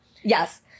Yes